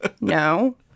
No